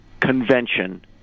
Convention